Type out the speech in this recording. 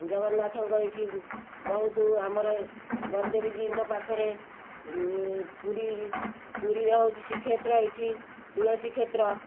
ଜଗନ୍ନାଥଙ୍କ ଏଇଠି ବହୁତ ଆମର ବଳଦେବଜୀଉଙ୍କ ପାଖରେ ପୁରୀ ପୁରୀରେ ହେଉଛି ଶ୍ରୀକ୍ଷେତ୍ର ଏଇଠି ତୁଳସୀକ୍ଷେତ୍ର